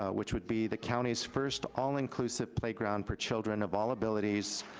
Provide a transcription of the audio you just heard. ah which would be the county's first all-inclusive playground for children of all abilities.